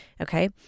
Okay